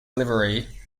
livery